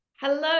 Hello